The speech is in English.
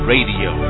Radio